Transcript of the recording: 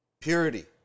purity